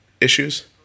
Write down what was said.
issues